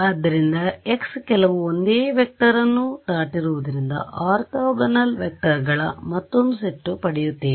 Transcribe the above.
ಆದ್ದರಿಂದ x ಕೆಲವು ಒಂದೇ ವೆಕ್ಟರ್ ಅನ್ನು ದಾಟಿರುವುದರಿಂದ ಆರ್ಥೋಗೋನಲ್ ವೆಕ್ಟರ್ಗಳ ಮತ್ತೊಂದು ಸೆಟ್ ಪಡೆಯುತ್ತೇನೆ